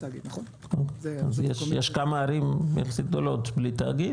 יש כמה ערים יחסית גדולות בלי תאגיד